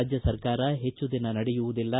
ರಾಜ್ಯ ಸರ್ಕಾರ ಹೆಚ್ಚುದಿನ ನಡೆಯುವುದಿಲ್ಲ